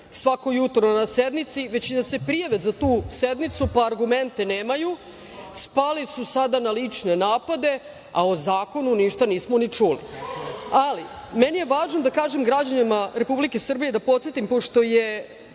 svako jutro na sednici, već i da se prijave za tu sednicu, pa argumente nemaju, spali su sada na lične napade, a o zakonu ništa nismo ni čuli. Ali, meni je važno da kažem građanima Republike Srbije da podsetim, pošto je